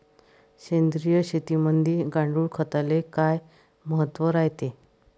सेंद्रिय शेतीमंदी गांडूळखताले काय महत्त्व रायते?